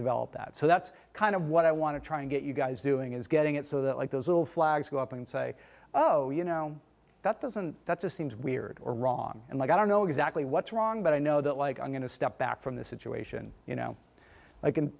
develop that so that's kind of what i want to try and get you guys doing is getting it so that like those little flags go up and say oh you know that doesn't that's a seems weird or wrong and like i don't know exactly what's wrong but i know that like i'm going to step back from this situation you know like